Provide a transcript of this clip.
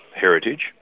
heritage